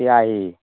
स्याही